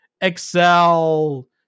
Excel